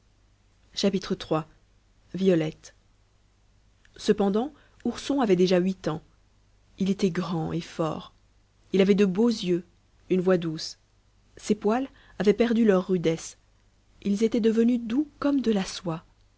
iii violette cependant ourson avait déjà huit ans il était grand et fort il avait de beaux yeux une voix douce ses poils avaient perdu leur rudesse ils étaient devenus doux comme de la soie